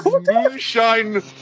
moonshine